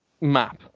map